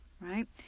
right